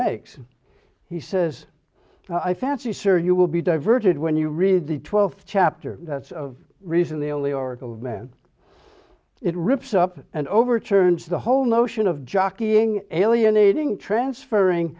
makes he says i fancy sir you will be diverted when you read the twelfth chapter that's of reason the only oracle of men it rips up and overturns the whole notion of jockeying alienating transferring